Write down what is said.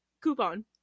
coupon